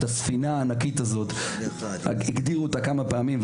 את הספינה הענקית הזאת הגדירו אותה כמה פעמים,